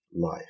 life